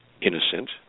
innocent